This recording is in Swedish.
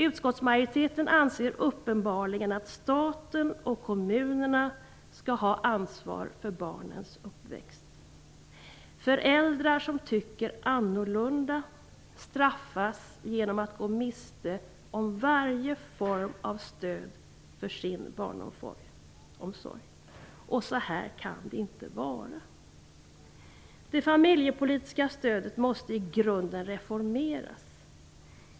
Utskottsmajoriteten anser uppenbarligen att staten och kommunerna skall ha ansvar för barnens uppväxt. Föräldrar som tycker annorlunda straffas genom att de går miste om varje form av stöd för sin barnomsorg. Så här kan det inte få vara. Det familjepolitiska stödet måste i grunden reformeras.